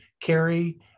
carry